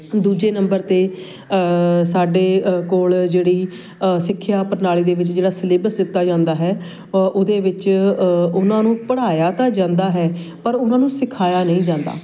ਦੂਜੇ ਨੰਬਰ 'ਤੇ ਸਾਡੇ ਕੋਲ ਜਿਹੜੀ ਸਿੱਖਿਆ ਪ੍ਰਣਾਲੀ ਦੇ ਵਿੱਚ ਜਿਹੜਾ ਸਿਲੇਬਸ ਦਿੱਤਾ ਜਾਂਦਾ ਹੈ ਉਹਦੇ ਵਿੱਚ ਉਹਨਾਂ ਨੂੰ ਪੜ੍ਹਾਇਆ ਤਾਂ ਜਾਂਦਾ ਹੈ ਪਰ ਉਹਨਾਂ ਨੂੰ ਸਿਖਾਇਆ ਨਹੀਂ ਜਾਂਦਾ